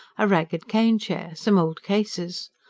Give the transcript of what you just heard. a ragged cane-chair, some old cases.